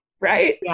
right